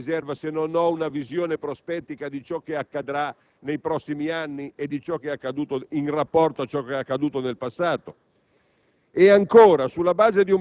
Perché impinguare i fondi di riserva in assenza di una visione prospettica di ciò che accadrà nei prossimi anni e in rapporto a ciò che è accaduto nel passato?